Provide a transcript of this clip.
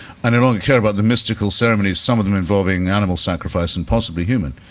and i don't care about the mystical ceremonies, some of them involving animal sacrifice and possibly human,